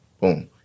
Boom